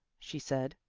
she said.